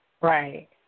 Right